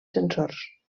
sensors